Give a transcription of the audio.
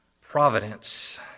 providence